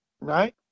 Right